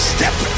Step